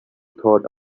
thought